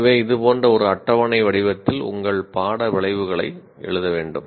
எனவே இது போன்ற ஒரு அட்டவணை வடிவத்தில் உங்கள் பாட விளைவுகளை எழுத வேண்டும்